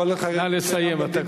כולל חרדים שאינם לומדים תורה,